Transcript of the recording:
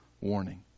warning